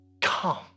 come